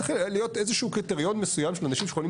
צריך להיות איזה קריטריון מסוים של אנשים שיכולים